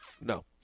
No